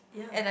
yeah